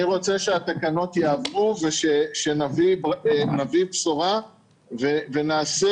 אני רוצה שהתקנות יעברו ושנביא בשורה ונעשה